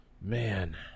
Man